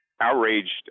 outraged